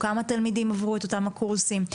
כמה תלמידים עברו את אותם הקורסים.